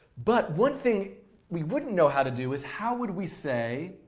but one thing we wouldn't know how to do is how would we say,